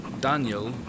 Daniel